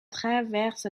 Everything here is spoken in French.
traverse